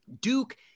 Duke